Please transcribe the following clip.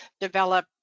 develop